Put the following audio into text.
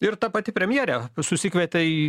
ir ta pati premjerė susikvietė į